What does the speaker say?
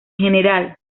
general